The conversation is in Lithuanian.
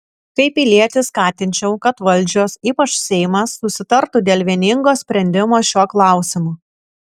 kaip pilietis skatinčiau kad valdžios ypač seimas susitartų dėl vieningo sprendimo šiuo klausimu